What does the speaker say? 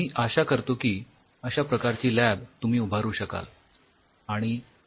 मी आशा करतो की अश्या प्रकारची लॅब तुम्ही उभारू शकाल